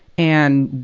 and,